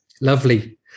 Lovely